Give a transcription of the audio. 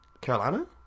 Carolina